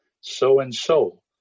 so-and-so